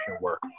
work